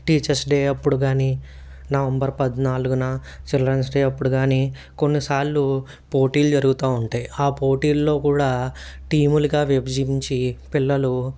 teachers day అప్పుడు కాని November పద్నాలుగున చిల్డ్రన్స్ డే అప్పుడు కానీ కొన్నిసార్లు పోటీలు జరుగుతూ ఉంటయి ఆ పోటీల్లో కూడా టీములుగా విభజించి పిల్లలు